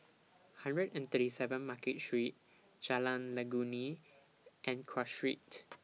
hundred and thirty seven Market Street Jalan Legundi and Cross Street